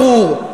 ברור.